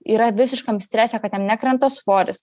yra visiškam strese kad jam nekrenta svoris